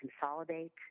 consolidate